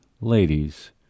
ladies